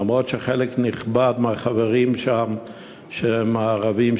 למרות שחלק נכבד מהחברים שם הם ערבים,